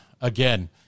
Again